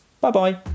Bye-bye